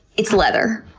it's leather.